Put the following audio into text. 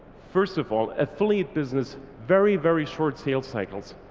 first of all affiliate business very very short sale cycles.